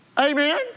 Amen